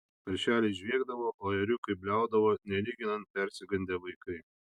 paršeliai žviegdavo o ėriukai bliaudavo nelyginant persigandę vaikai